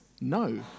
no